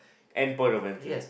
End Point of Entry